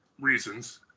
reasons